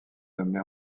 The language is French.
nommée